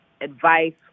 advice